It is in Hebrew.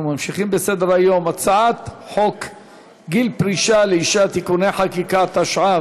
אנחנו ממשיכים בסדר-היום: הצעת חוק גיל פרישה לאישה (תיקוני חקיקה),